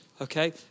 okay